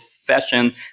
fashion